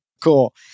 Cool